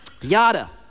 yada